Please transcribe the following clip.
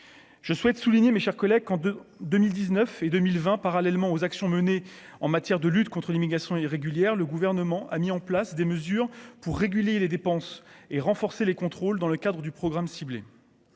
je souhaite souligner, mes chers collègues, quand, de 2000 19 et 2020, parallèlement aux actions menées en matière de lutte contre l'immigration irrégulière, le gouvernement a mis en place des mesures pour réguler les dépenses et renforcer les contrôles dans le cadre du programme ciblé,